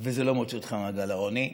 זה לא מוציא אותך ממעגל העוני.